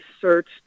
searched